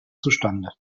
zustande